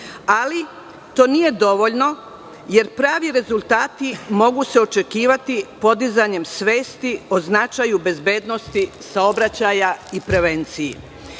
Ali, to nije dovoljno, jer pravi rezultati mogu se očekivati podizanjem svesti o značaju bezbednosti saobraćaja i prevenciji. Znamo